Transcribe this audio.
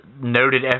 noted